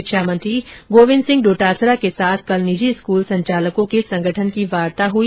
शिक्षा मंत्री गोविन्द सिंह डोटासरा के साथ कल निजी स्कूल संचालकों के संगठन की वार्ता हुई